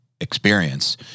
experience